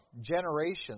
generations